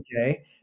okay